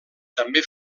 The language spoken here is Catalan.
també